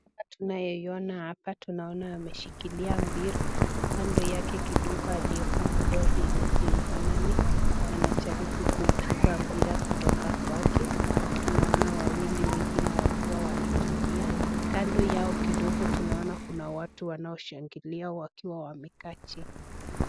Hapa tunaiona hapa tunaona ameshikilia mpira ,kando yake kidogo aliyevaa nguo yenye haifanani anajaribu kuichukua mpira kutoka kwake, tunaona wawili wengine wakiwa wanakimbia, kando yao kidogo tunaona kuna watu wanaoshangilia wakiwa wamekaa chini.